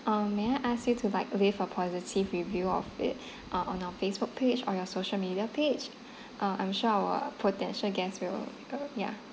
um may I ask you to like leave a positive review of it uh on our facebook page or your social media page uh I'm sure our potential guests will uh ya